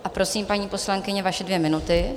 A prosím, paní poslankyně, vaše dvě minuty.